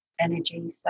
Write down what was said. energy